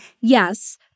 yes